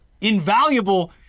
invaluable